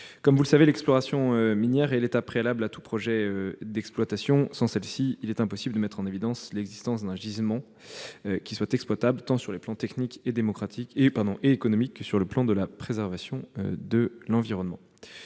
Bruno Le Maire. L'exploration minière est l'étape préalable à tout projet d'exploitation ; sans elle, il est impossible de mettre en évidence l'existence d'un gisement exploitable, sur les plans tant technique et économique que de la préservation de l'environnement.